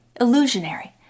illusionary